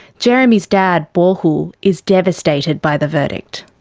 jeremy's dad, bo hu, is devastated by the verdict.